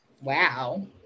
Wow